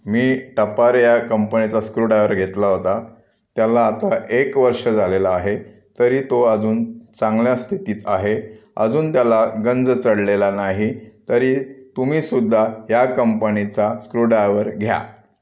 मी टपारे ह्या कंपनीचा screwdriver घेतला होता त्याला आता एक वर्ष झालेलं आहे तरी तो अजून चांगल्या स्थितीत आहे अजून त्याला गंज चढलेला नाही तरी तुम्ही सुद्धा ह्या कंपनीचा स्क्रू ड्राइवर घ्या